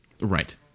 Right